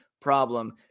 problem